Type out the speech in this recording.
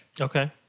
Okay